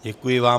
Děkuji vám.